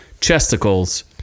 chesticles